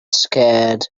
scared